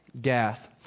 Gath